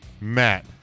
Matt